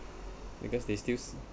I guess they still